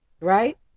Right